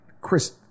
Chris